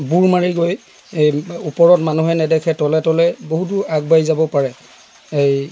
বুৰ মাৰি গৈ এই ওপৰত মানুহে নেদেখে তলে তলে বহুদূৰ আগবাঢ়ি যাব পাৰে এই